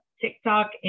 TikTok